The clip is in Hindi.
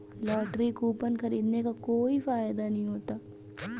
लॉटरी कूपन खरीदने का कोई फायदा नहीं होता है